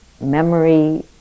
memory